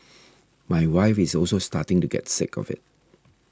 my wife is also starting to get sick of it